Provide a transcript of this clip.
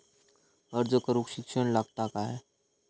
अर्ज करूक शिक्षण लागता काय?